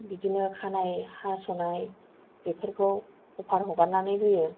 बिदिनो खानाय हास'नाय बेफोरखौ अफार हगारनानै होयो